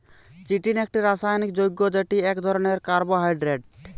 chitin একটি রাসায়নিক যৌগ্য যেটি এক ধরণের কার্বোহাইড্রেট